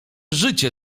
życie